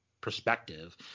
perspective